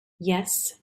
yes